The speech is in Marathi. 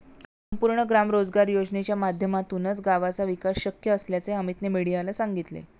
संपूर्ण ग्राम रोजगार योजनेच्या माध्यमातूनच गावाचा विकास शक्य असल्याचे अमीतने मीडियाला सांगितले